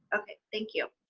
okay, thank you.